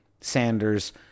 Sanders